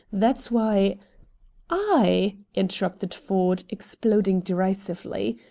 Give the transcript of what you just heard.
that's why i! interrupted ford, exploding derisively.